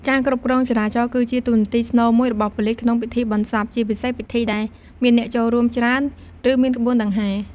ការគ្រប់គ្រងចរាចរណ៍គឺជាតួនាទីស្នូលមួយរបស់ប៉ូលីសក្នុងពិធីបុណ្យសព ជាពិសេសពិធីដែលមានអ្នកចូលរួមច្រើន ឬមានក្បួនដង្ហែ។